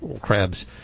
Crabs